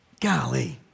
Golly